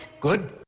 Good